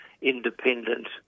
Independent